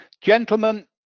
gentlemen